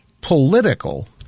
political